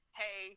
hey